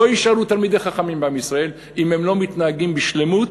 לא יישארו תלמידי חכמים בעם ישראל אם הם לא מתנהגים בשלמות